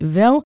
wel